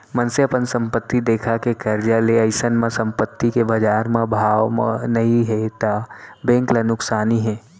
मनसे अपन संपत्ति देखा के करजा ले हे अइसन म संपत्ति के बजार म भाव नइ हे त बेंक ल नुकसानी हे